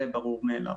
זה ברור מאליו.